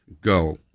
go